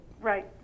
Right